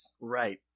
Right